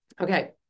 Okay